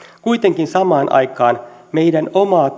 kuitenkin samaan aikaan meidän omaa